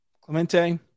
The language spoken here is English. Clemente